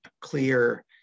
clear